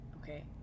okay